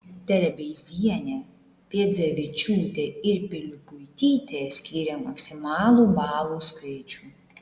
terebeizienė piedzevičiūtė ir pilipuitytė skyrė maksimalų balų skaičių